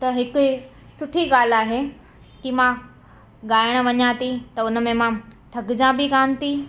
त हिते सुठी ॻाल्हि आहे की मां ॻाइण वञा थी त उन में मां थकिजा बि कोन थी